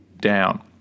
down